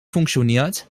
funktioniert